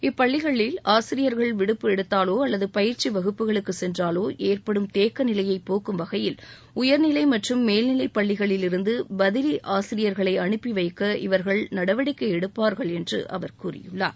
இப்பள்ளிகளில் ஆசிரியர்கள் விடுப்பு எடுத்தாலோ அல்லது பயிற்சி வகுப்புகளுக்கு சென்றாலோ ஏற்படும் தேக்கநிலையை போக்கும் வகையில் உயர்நிலை மற்றும் மேல்நிலைப் பள்ளிகளிலிருந்து பதிலி ஆசிரியர்களை அனுப்பி வைக்க இவர்கள் நடவடிக்கை எடுப்பார்கள் என்று அவர் கூறியுள்ளார்